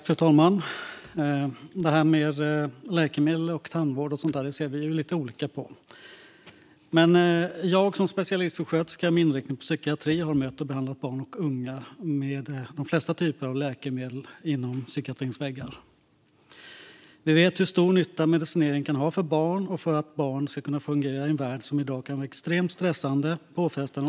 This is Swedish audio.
Fru talman! Läkemedel och tandvård ser vi lite olika på. Jag har som specialistsjuksköterska med inriktning på psykiatri mött och behandlat barn och unga med de flesta typer av läkemedel inom psykiatrins väggar. Vi vet hur stor nytta medicinering kan ha för barn så att de kan fungera i en värld som i dag kan vara extremt stressande och påfrestande.